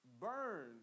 Burn